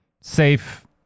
safe